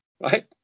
Right